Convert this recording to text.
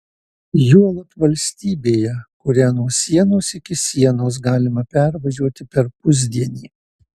juolab valstybėje kurią nuo sienos iki sienos galima pervažiuoti per pusdienį